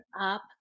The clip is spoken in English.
up